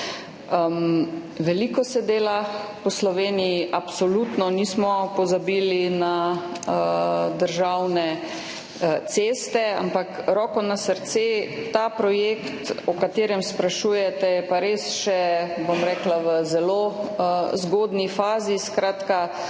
Veliko se dela v Sloveniji, absolutno nismo pozabili na državne ceste, ampak roko na srce, ta projekt, o katerem sprašujete, je pa res še v zelo zgodnji fazi. Skratka,